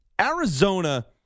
Arizona